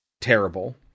terrible